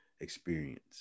experience